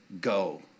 go